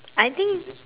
I think